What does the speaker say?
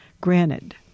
granted